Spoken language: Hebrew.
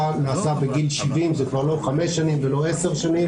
נעשה בגיל 70. זה כבר לא חמש שנים ולא 10 שנים.